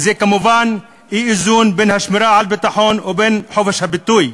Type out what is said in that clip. וזה כמובן אי-איזון בין השמירה על ביטחון ובין חופש הביטוי,